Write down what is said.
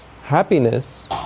Happiness